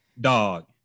dog